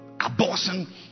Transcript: abortion